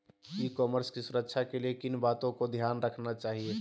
ई commerce की सुरक्षा के लिए किन बातों का ध्यान रखना चाहिए?